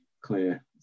clear